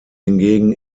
hingegen